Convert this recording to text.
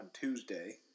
Tuesday